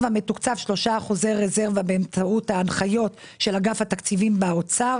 מתוקצבים 3% רזרבה באמצעות ההנחיות של אגף התקציבים באוצר.